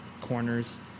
corners